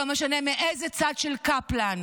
לא משנה מאיזה צד של קפלן,